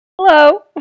Hello